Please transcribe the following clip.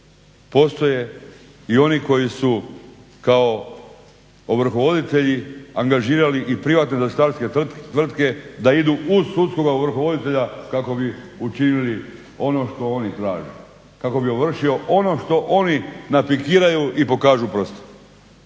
postoje i oni koji su kao ovrhovoditelji angažirali i privatne zaštitarske tvrtke da idu uz sudskoga ovrhovoditelja kako bi učinili ono što oni traže, kako bi ovršio ono što oni nadpikiraju i pokažu prstom.